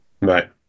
right